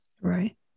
Right